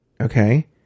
Okay